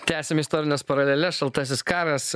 tęsiam istorines paraleles šaltasis karas